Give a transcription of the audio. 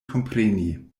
kompreni